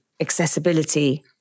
accessibility